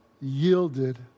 yielded